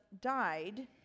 died